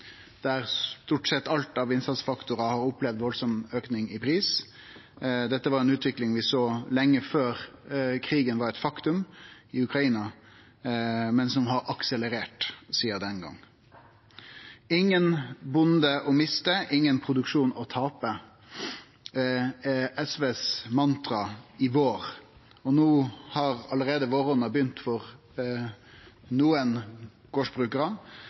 der stort sett alt av innsatsfaktorar har opplevd ein veldig auke i pris. Dette var ei utvikling vi såg lenge før krigen i Ukraina var eit faktum, men som har akselerert sidan den gongen. SVs mantra i vår er: Ingen bonde å miste, ingen produksjon å tape. No har allereie våronna begynt for nokre gardsbrukarar,